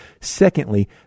Secondly